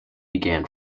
began